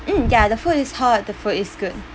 mm ya the food is hot the food is good